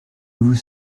vous